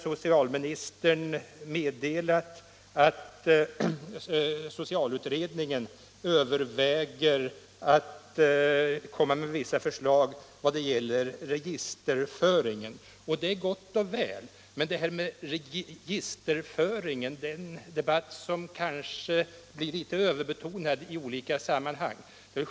Socialministern har meddelat att socialutredningen överväger att komma med vissa förslag i vad gäller registerföringen. Det är gott och väl. Men debatten om registerföringen har kanske blivit litet överbetonad i sammanhanget.